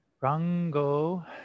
Rango